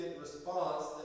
response